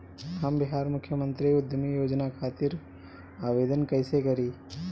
हम बिहार मुख्यमंत्री उद्यमी योजना खातिर आवेदन कईसे करी?